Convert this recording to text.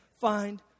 find